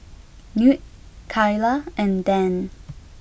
Knute Kyla and Dan